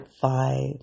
five